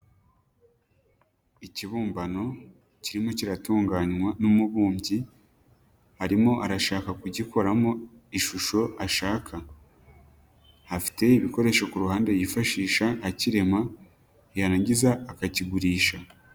Ikibumbano, kirimo kiratunganywa n'umubumbyi, arimo arashaka kugikoramo ishusho ashaka, afite ibikoresho ku ruhande yifashisha akirema, yarangiza akakigurisha.